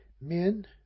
Men